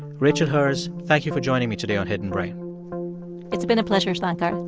rachel herz, thank you for joining me today on hidden brain it's been a pleasure, shankar.